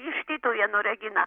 iš tytuvėnų regina